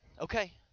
okay